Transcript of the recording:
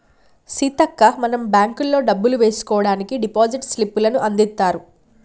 సీతక్క మనం బ్యాంకుల్లో డబ్బులు వేసుకోవడానికి డిపాజిట్ స్లిప్పులను అందిత్తారు